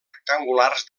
rectangulars